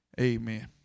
Amen